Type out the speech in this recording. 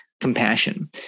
compassion